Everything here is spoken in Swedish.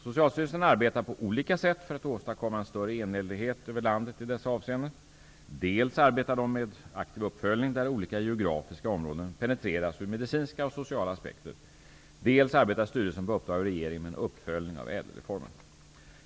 Socialstyrelsen arbetar på olika sätt för att åstadkomma en större enhetlighet över landet i dessa avseenden. Dels arbetar de med aktiv uppföljning, där olika geografiska områden penetreras ur medicinska och sociala aspekter, dels arbetar styrelsen på uppdrag av regeringen med en uppföljning av ÄDEL reformen.